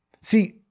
See